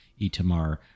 Itamar